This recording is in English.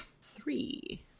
Three